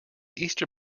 easter